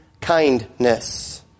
kindness